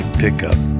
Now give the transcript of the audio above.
pickup